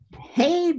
Hey